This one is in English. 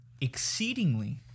Exceedingly